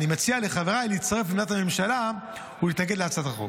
אני מציע לחבריי להצטרף לעמדת הממשלה ולהתנגד להצעת החוק.